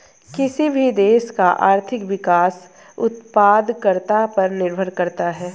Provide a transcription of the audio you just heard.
किसी भी देश का आर्थिक विकास उत्पादकता पर निर्भर करता हैं